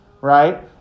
right